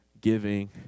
giving